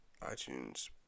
iTunes